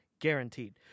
guaranteed